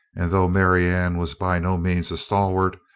and though marianne was by no means a stalwart,